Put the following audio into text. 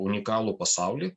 unikalų pasaulį